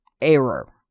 Error